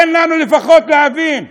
תן לנו לפחות להבין.